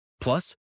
Plus